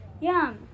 Yum